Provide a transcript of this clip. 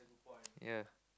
yeah